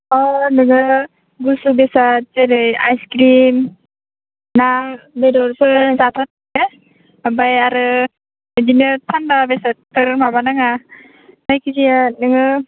अ नोङो गुसु बेसाद जेरै आइसक्रिम ना बेदरफोर जाथ' नाङा दै ओमफाय आरो बिदिनो थान्दा बेसादफोर माबा नाङा जायखिजाया नोङो